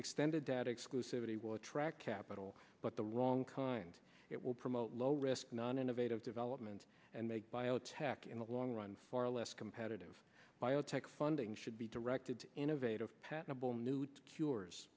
extended data exclusivity will attract capital but the wrong kind it will promote low risk non innovative development and make biotech in the long run far less competitive biotech funding should be directed innovative